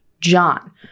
John